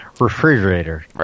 Refrigerator